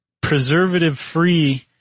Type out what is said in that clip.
preservative-free